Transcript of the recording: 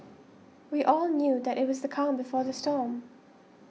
we all knew that it was the calm before the storm